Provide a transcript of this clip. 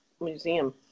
museum